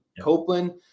Copeland